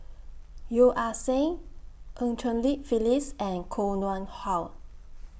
Yeo Ah Seng EU Cheng Li Phyllis and Koh Nguang How